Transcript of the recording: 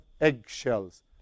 eggshells